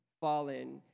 fallen